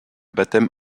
baptême